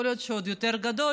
יכול להיות שהוא עוד יותר גדול,